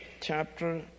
chapter